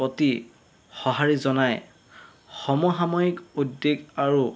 প্ৰতি সঁহাৰি জনাই সমসাময়িক উদ্বিগ আৰু